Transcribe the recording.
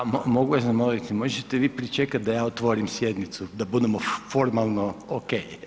A mogu vas zamoliti, možete vi pričekati da ja otvorim sjednicu da budemo formalno ok.